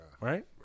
right